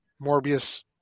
Morbius